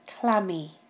clammy